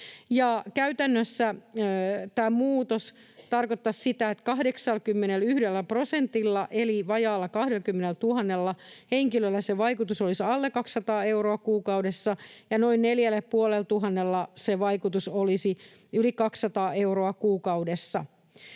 Käytännössä tämä muutos tarkoittaisi sitä, että 81 prosentilla eli vajaalla 20 000 henkilöllä se vaikutus olisi alle 200 euroa kuukaudessa ja noin 4 500:lla se vaikutus olisi yli 200 euroa kuukaudessa.